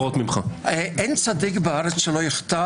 אין צדיק בארץ שלא יחטא.